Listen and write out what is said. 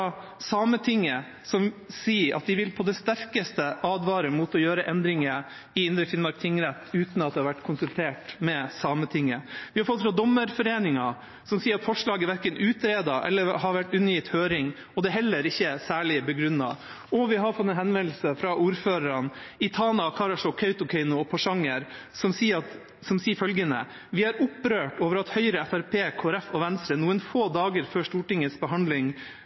Sametinget, som sier at de på det sterkeste vil advare mot å gjøre endringer i Indre Finnmark tingrett uten at det har vært konsultert med Sametinget. Vi har fått en henvendelse fra Dommerforeningen, som sier at forslaget verken er utredet eller har vært undergitt høring, og at det heller ikke er særlig begrunnet. Og vi har fått en henvendelse fra ordførerne i Tana, Karasjok, Kautokeino og Porsanger, som sier at de er opprørt over at Høyre, Fremskrittspartiet, Kristelig Folkeparti og Venstre noen få dager før Stortingets behandling